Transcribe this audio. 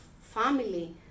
family